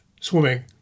swimming